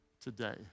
today